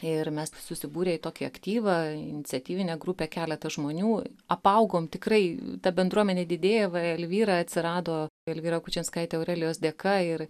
ir mes susibūrę į tokį aktyvą iniciatyvinę grupę keletas žmonių apaugom tikrai ta bendruomenė didėja va elvyra atsirado elvyra kučinskaitė aurelijos dėka ir